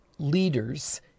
leaders